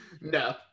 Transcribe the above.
no